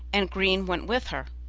and green went with her.